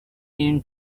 him